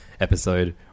episode